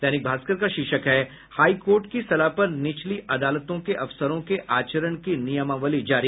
दैनिक भास्कर का शीर्षक है हाई कोर्ट की सलाह पर निचली अदालतों के अफसरों के आचरण की नियमावली जारी